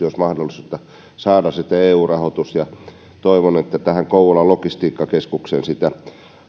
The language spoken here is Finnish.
olisi mahdollisuus saada sitä eu rahoitusta toivon että tähän kouvolan logistiikkakeskukseen